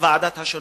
בוועדות השונות,